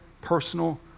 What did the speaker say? personal